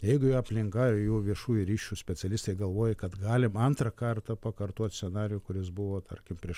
jeigu jo aplinka ir jo viešųjų ryšių specialistai galvuoja kad galima antrą kartą pakartuot scenarijų kuris buvo tarkim prieš